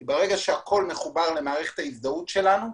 כי ברגע שהכול מחובר למערכת ההזדהות שלנו,